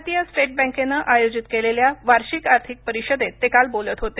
भारतीय स्टेट बँकेनं आयोजित केलेल्या वार्षिक आर्थिक परिषदेत ते काल बोलत होते